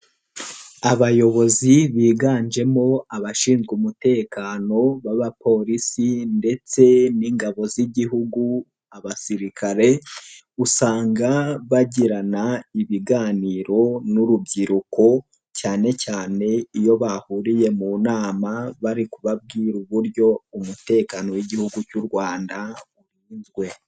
Abayobozi biganjemo abashinzwe umutekano b'abapolisi ndetse n'ingabo z'Igihugu abasirikare, usanga bagirana ibiganiro n'urubyiruko cyane cyane iyo bahuriye mu nama bari kubabwira uburyo umutekano w'Igihugu cy'u Rwanda urinzwe.